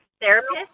Therapist